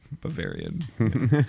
Bavarian